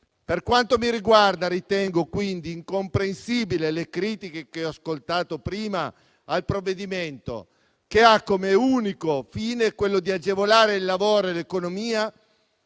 Per quanto mi riguarda, ritengo incomprensibili le critiche che ho ascoltato prima al provvedimento, che ha come unico fine quello di agevolare il lavoro e l'economia.